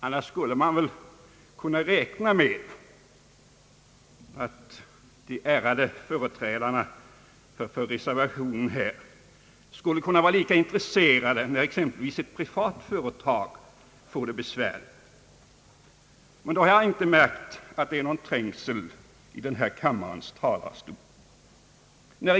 Annars skulle man väl kunna räkna med att de ärade företrädarna för reservationen vore lika intresserade när exempelvis ett privat företag får det besvärligt. Då har jag inte märkt att det är någon trängsel i denna kammares talarstol.